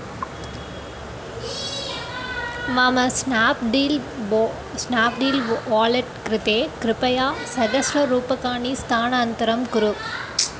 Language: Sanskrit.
मम स्नाप्डील् बो स्नाप्डील् वालेट् कृते कृपया सहस्ररूप्यकाणि स्थानान्तरं कुरु